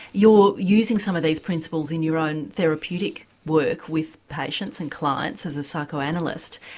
you're using some of these principles in your own therapeutic work with patients and clients as a psychoanalyst,